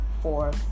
four